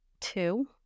two